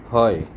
হয়